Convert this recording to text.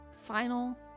Final